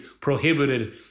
prohibited